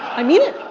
i mean it,